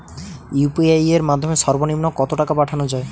UPI এর মাধ্যমে সর্ব নিম্ন কত টাকা পাঠানো য়ায়?